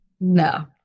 No